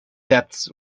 depths